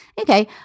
okay